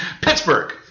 Pittsburgh